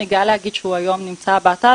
אני גאה להגיד שהוא היום נמצא באתר,